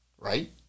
right